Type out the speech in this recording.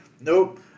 Nope